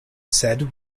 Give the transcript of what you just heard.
said